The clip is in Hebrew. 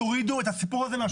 תורידו את הסיפור הזה מהשולחן.